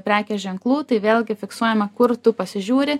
prekės ženklų tai vėlgi fiksuojama kur tu pasižiūri